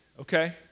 okay